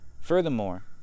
Furthermore